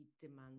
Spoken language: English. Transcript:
demand